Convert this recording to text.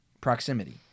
Proximity